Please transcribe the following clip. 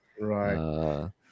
right